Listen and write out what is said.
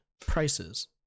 Prices